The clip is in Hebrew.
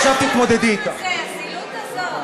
הזילות הזאת?